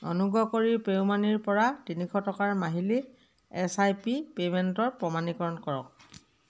অনুগ্ৰহ কৰি PayU মানিৰ পৰা তিনিশ টকাৰ মাহিলী এছ আই পি পে'মেণ্টৰ প্ৰমাণীকৰণ কৰক